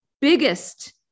biggest